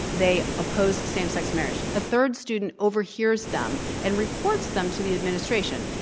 they oppose same sex marriage. a third student overhe ars them and reports them to the administration.